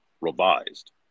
Revised